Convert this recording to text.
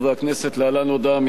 ועדת הכנסת.